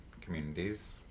communities